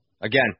again